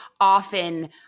often